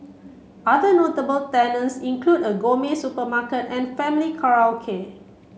other notable tenants include a gourmet supermarket and family karaoke